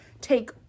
take